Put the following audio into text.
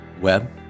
web